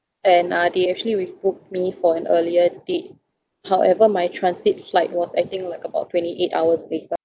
and uh they actually rebooked me for an earlier date however my transit flight was I think like about twenty eight hours later